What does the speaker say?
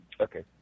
Okay